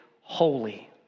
holy